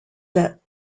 that